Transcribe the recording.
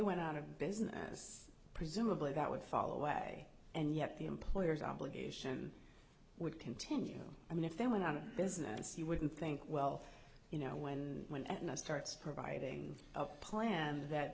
went out of business presumably that would fall away and yet the employers obligation would continue i mean if they went on a business you wouldn't think well you know when when and i starts providing a plan that